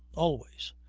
always!